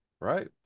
right